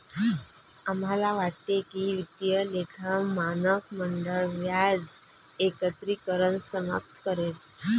आम्हाला वाटते की वित्तीय लेखा मानक मंडळ व्याज एकत्रीकरण समाप्त करेल